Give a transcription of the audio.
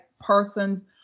persons